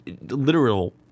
literal